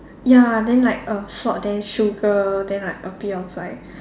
ya then like uh salt then sugar then like a bit of like